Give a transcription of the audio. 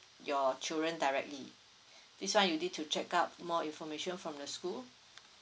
your children directly this [one] you need to check up more information from the school